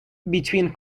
between